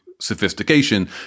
sophistication